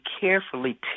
carefully